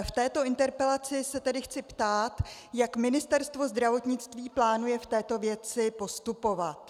V této interpelaci se tedy chci ptát, jak Ministerstvo zdravotnictví plánuje v této věci postupovat.